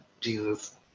Jesus